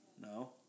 No